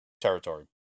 territory